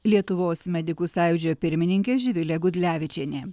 lietuvos medikų sąjūdžio pirmininkė živilė gudlevičienė